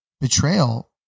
betrayal